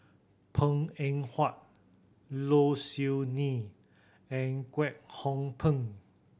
Png Eng Huat Low Siew Nghee and Kwek Hong Png